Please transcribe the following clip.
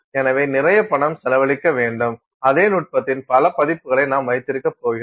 எனவே நிறைய பணம் செலவழிக்க வேண்டும் அதே நுட்பத்தின் பல பதிப்புகளை நாம் வைத்திருக்கப் போகிறோம்